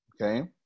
okay